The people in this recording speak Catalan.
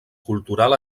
cultural